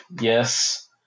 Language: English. yes